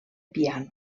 piano